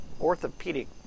orthopedic